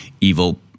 evil